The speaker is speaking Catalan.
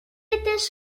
aletes